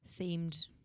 themed